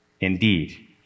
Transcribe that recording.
indeed